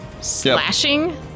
Slashing